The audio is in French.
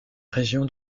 région